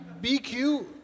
BQ